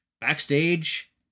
Backstage